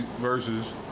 versus